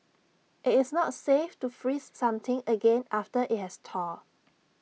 IT is not safe to freeze something again after IT has thawed